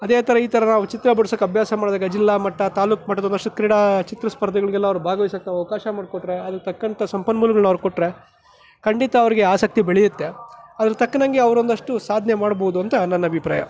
ಅದೇ ಥರ ಈ ಥರ ನಾವು ಚಿತ್ರ ಬಿಡಿಸೋಕೆ ಅಭ್ಯಾಸ ಮಾಡಿದಾಗ ಜಿಲ್ಲಾ ಮಟ್ಟ ತಾಲ್ಲೂಕು ಮಟ್ಟದೊಂದಷ್ಟು ಕ್ರೀಡಾ ಚಿತ್ರ ಸ್ಪರ್ಧೆಗಳಿಗೆಲ್ಲ ಅವರು ಭಾಗವಹಿಸೋಕೆ ನಾವು ಅವಕಾಶ ಮಾಎಇಕೊಟ್ರೆ ಅದರ ತಕ್ಕಂಥ ಸಂಪನ್ಮೂಲಗಳು ಅವರು ಕೊಟ್ಟರೆ ಖಂಡಿತ ಅವ್ರಿಗೆ ಆಸಕ್ತಿ ಬೆಳೆಯುತ್ತೆ ಅದರ ತಕ್ಕನಂತೆ ಅವ್ರು ಒಂದಷ್ಟು ಸಾಧನೆ ಮಾಡ್ಬೋದು ಅಂತ ನನ್ನ ಅಭಿಪ್ರಾಯ